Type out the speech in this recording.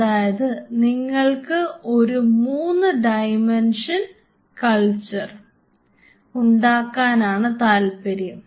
അതായത് നിങ്ങൾക്ക് ഒരു 3 ഡൈമൻഷനൽ കൾച്ചർ ഉണ്ടാക്കാനാണ് താല്പര്യം